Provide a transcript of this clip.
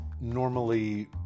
normally